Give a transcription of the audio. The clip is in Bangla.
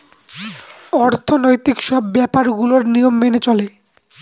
অর্থনৈতিক সব ব্যাপার গুলোর নিয়ম মেনে চলে